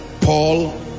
Paul